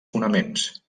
fonaments